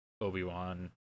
Obi-Wan